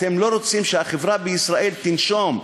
אתם לא רוצים שהחברה בישראל תנשום,